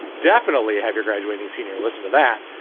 definitely. have your graduating senior. listen to that.